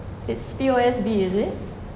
it's P_O_S_B is it